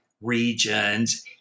Regions